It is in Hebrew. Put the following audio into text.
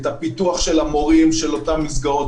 את הפיתוח של המורים של אותן מסגרות.